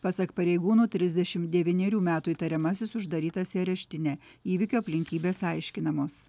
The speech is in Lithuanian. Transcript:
pasak pareigūnų trisdešimt devynerių metų įtariamasis uždarytas į areštinę įvykio aplinkybės aiškinamos